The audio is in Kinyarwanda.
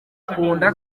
akunda